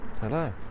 hello